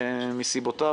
מסיבותיו.